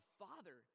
father